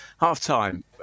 Half-time